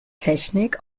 technik